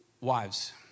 Wives